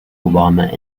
obama